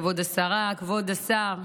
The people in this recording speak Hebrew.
כבוד השרה, כבוד השר,